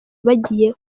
bagiye